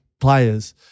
players